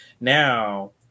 Now